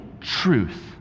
truth